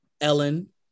Ellen